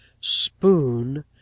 SPOON